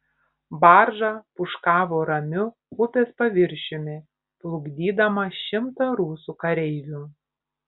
barža pūškavo ramiu upės paviršiumi plukdydama šimtą rusų kareivių